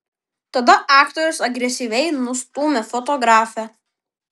tada aktorius agresyviai nustūmė fotografę